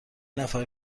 نفر